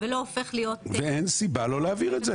ולא הופך להיות --- אין סיבה לא להעביר את זה.